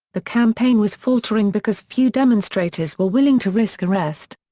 the campaign was faltering because few demonstrators were willing to risk arrest.